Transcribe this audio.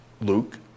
Luke